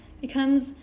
becomes